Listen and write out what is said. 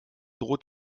droht